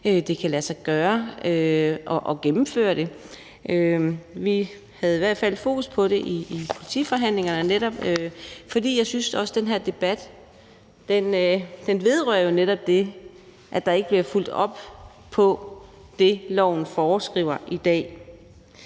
det kan lade sig gøre at gennemføre det. Vi havde i hvert fald fokus på det i netop politiforhandlingerne. For jeg synes, at den her debat også vedrører netop det, at der ikke bliver fulgt op på det, loven foreskriver i dag.